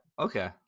Okay